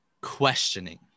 questioning